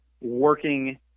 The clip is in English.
working